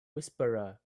whisperer